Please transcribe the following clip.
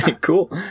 Cool